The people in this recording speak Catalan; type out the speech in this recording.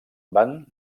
van